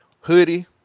hoodie